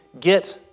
get